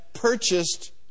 purchased